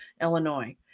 illinois